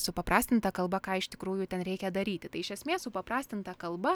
supaprastinta kalba ką iš tikrųjų ten reikia daryti tai iš esmės supaprastinta kalba